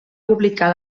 publicar